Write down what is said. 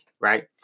right